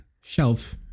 shelf